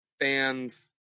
fans